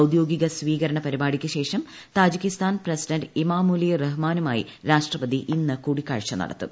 ഔദ്യോഗിക സ്വീകരണ പരിപാടിക്കു ശേഷം താജിക്കിസ്ഥാൻ പ്രസിഡന്റ് ഇമാമൊലി റഹ്മാനുമായി രാഷ്ട്രപതി ഇന്ന് കൂടിക്കാഴ്ച നടത്തും